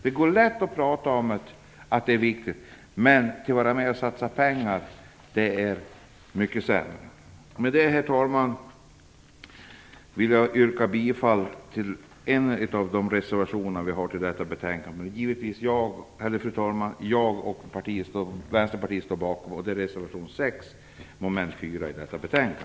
Det går lätt att tala om att det är viktigt, men att vara med och satsa pengar är det mycket sämre med. Fru talman! Med detta vill jag yrka bifall till en av de reservationer som Vänsterpartiet har avgett till detta betänkande, och som jag och Vänsterpartiet givetvis står bakom, nämligen reservation 6 avseende mom. 4.